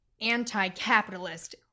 anti-capitalist